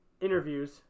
interviews